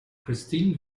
christine